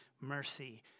mercy